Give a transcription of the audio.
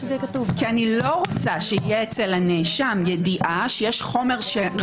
עוד התייעצות.